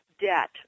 debt